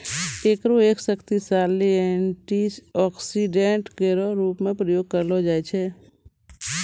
एकरो एक शक्तिशाली एंटीऑक्सीडेंट केरो रूप म प्रयोग करलो जाय छै